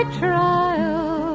trial